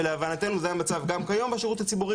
ולהבנתנו זה המצב בשירות הציבורי גם כיום,